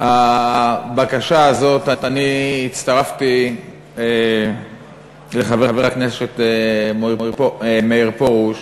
הבקשה הזאת, אני הצטרפתי לחבר הכנסת מאיר פרוש